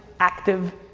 active,